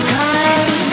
time